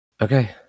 Okay